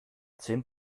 zehn